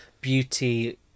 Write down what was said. beauty